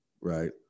right